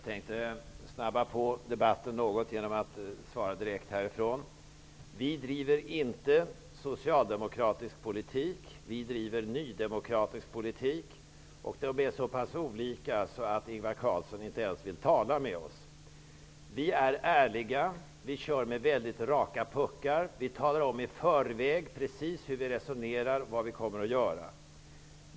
Herr talman! Vi driver inte socialdemokratisk politik. Vi driver nydemokratisk politik. Dessa båda typer av politik är så pass olika att Ingvar Carlsson inte ens vill tala med oss. Vi är ärliga. Vi kör med väldigt raka puckar. Vi talar om i förväg precis hur vi resonerar och vad vi kommer att göra.